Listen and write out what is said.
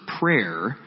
prayer